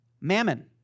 mammon